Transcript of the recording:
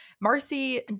Marcy